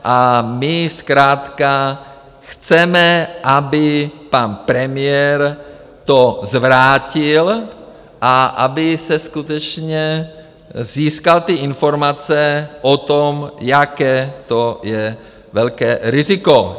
A my zkrátka chceme, aby pan premiér to zvrátil a aby skutečně získal ty informace o tom, jaké to je velké riziko.